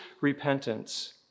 repentance